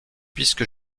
puisque